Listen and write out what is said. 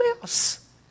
else